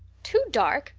too dark?